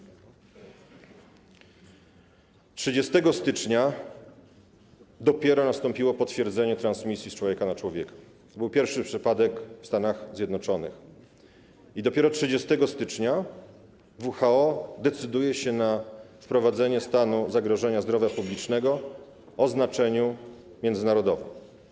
Dopiero 30 stycznia nastąpiło potwierdzenie transmisji z człowieka na człowieka - to był pierwszy przypadek w Stanach Zjednoczonych - i dopiero 30 stycznia WHO decyduje się na wprowadzenie stanu zagrożenia zdrowia publicznego o znaczeniu międzynarodowym.